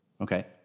Okay